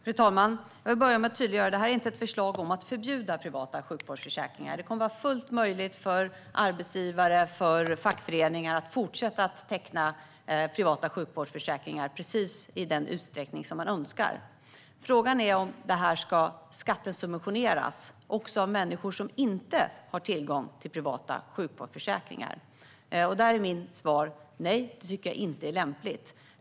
Fru talman! Jag vill börja med att tydliggöra att det här inte är ett förslag om att förbjuda privata sjukvårdsförsäkringar. Det kommer att vara fullt möjligt för arbetsgivare och fackföreningar att fortsätta teckna privata sjukvårdsförsäkringar i precis den utsträckning man önskar. Frågan är om det här ska skattesubventioneras också av människor som inte har tillgång till privata sjukvårdsförsäkringar. Mitt svar är nej; det tycker jag inte är lämpligt.